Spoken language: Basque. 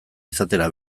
izatera